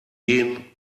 gehen